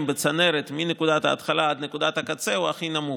בצנרת מנקודת ההתחלה עד נקודת הקצה הוא הכי נמוך.